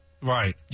Right